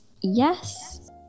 yes